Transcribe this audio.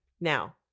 Now